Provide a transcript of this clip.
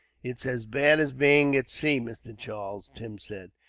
it's as bad as being at sea, mr. charles, tim said.